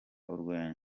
urwenya